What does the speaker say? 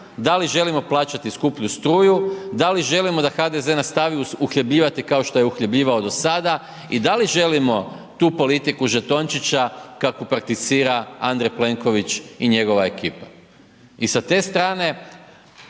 da li želimo plaćati skuplju struju, da li želimo da HDZ nastavi uhljebljivati kaso što je uhljebljivao do sada. I da li želimo tu politiku zatočnica, kakvo prakticira Andrej Plenković i njegova ekipa. I s te strane,